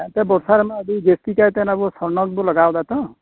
ᱮᱱᱛᱮᱫ ᱵᱚᱨᱥᱟ ᱨᱮᱢᱟ ᱟᱹᱰᱤ ᱡᱟᱹᱥᱛᱤ ᱠᱟᱭᱛᱮ ᱟᱵᱚ ᱥᱚᱨᱱᱚ ᱜᱮᱵᱚᱱ ᱞᱟᱜᱟᱣ ᱮᱫᱟ ᱛᱚ